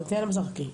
טטיאנה מזרסקי,